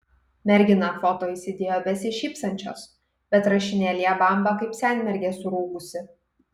mergina foto įsidėjo besišypsančios bet rašinėlyje bamba kaip senmergė surūgusi